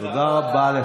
זה היה בוועדה.